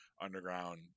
underground